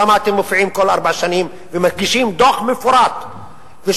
למה אתם מופיעים כל ארבע שנים ומגישים דוח מפורט ושולחים,